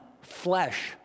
flesh